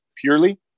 purely